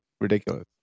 ridiculous